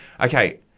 Okay